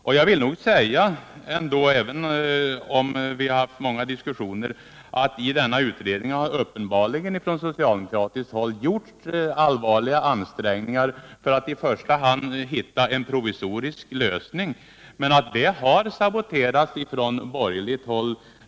Och jag vill nog säga ändå, även om vi haft många diskussioner, att i denna utredning har uppenbarligen från socialdemokratiskt håll gjorts allvarliga ansträngningar för att i första hand hitta en provisorisk lösning men att detta har saboterats från borgerligt håll.